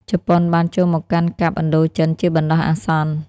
ជប៉ុនបានចូលមកកាន់កាប់ឥណ្ឌូចិនជាបណ្ដោះអាសន្ន។